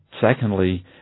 secondly